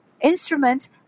instruments